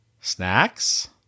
Snacks